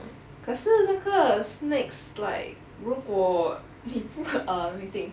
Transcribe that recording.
可是那个 snakes like 如果你不 uh let me think